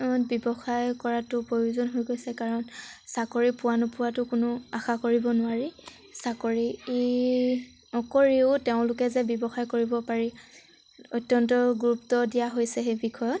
ব্যৱসায় কৰাটো প্ৰয়োজন হৈ গৈছে কাৰণ চাকৰি পোৱা নোপোৱাটো কোনো আশা কৰিব নোৱাৰি চাকৰি নকৰিও তেওঁলোকে যে ব্যৱসায় কৰিব পাৰি অত্যন্ত গুৰুত্ব দিয়া হৈছে সেই বিষয়ত